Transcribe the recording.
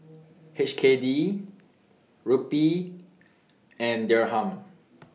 H K D Rupee and Dirham